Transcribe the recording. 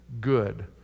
good